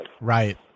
Right